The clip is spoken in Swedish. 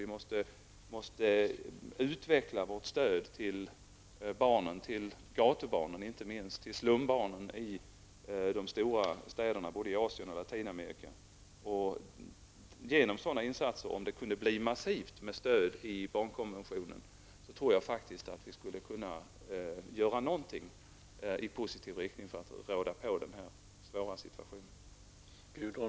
Vi måste utveckla vårt stöd till barnen, inte minst till gatubarnen, slumbarnen, i de stora städerna både i Asien och i Latinamerika. Om det kunde bli ett massivt stöd i barnkonventionen för sådana insatser, tror jag faktiskt att vi skulle kunna göra något i positiv riktning för att komma till rätta med denna svåra situation.